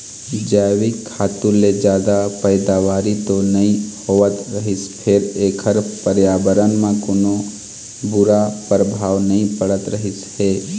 जइविक खातू ले जादा पइदावारी तो नइ होवत रहिस फेर एखर परयाबरन म कोनो बूरा परभाव नइ पड़त रहिस हे